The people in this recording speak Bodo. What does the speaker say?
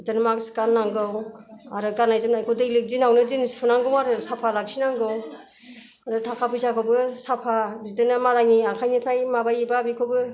बिदिनो मास्क गाननांगौ आरो गाननाय जोमनायखौ दैलिख दिनावनो दिन सुनांगौ आरो साफा लाखिनांगौ आरो थाखा फैसाखौबो साफा बिदिनो मालायनि आखायनिफ्राइ माबायोबा बेखौबो